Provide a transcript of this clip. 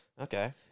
Okay